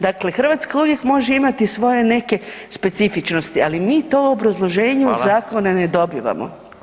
Dakle, Hrvatska uvijek može imati svoje neke specifičnosti, ali mi to u obrazloženju zakona [[Upadica: Hvala.]] ne dobivamo.